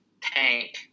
tank